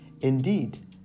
Indeed